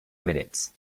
minutes